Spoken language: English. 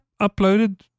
uploaded